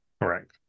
correct